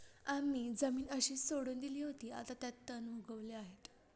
आम्ही जमीन अशीच सोडून दिली होती, आता त्यात तण उगवले आहे